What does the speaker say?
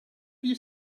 you